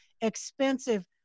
expensive